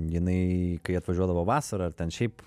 jinai kai atvažiuodavo vasarą ar ten šiaip